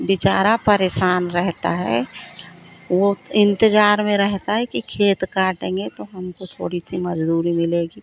बिचारे परेशान रहेते हैं वे इंतज़ार में रहते हैं कि खेत काटेंगे तो हमको थोड़ी सी मज़दूरी मिलेगी